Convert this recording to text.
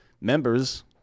Members